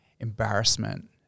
embarrassment